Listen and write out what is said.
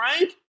right